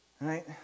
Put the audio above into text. Right